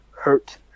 hurt